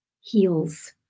heals